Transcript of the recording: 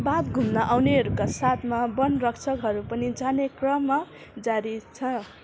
बाँध घुम्न आउनेहरूका साथमा वन रक्षकहरू पनि जाने क्रम जारी छ